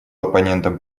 оппонентом